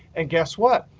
and guess what?